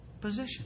position